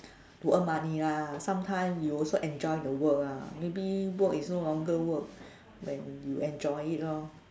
to earn money lah sometime you also enjoy the work lah maybe work is no longer work when you enjoy it lor